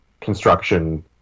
construction